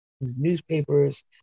newspapers